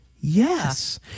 Yes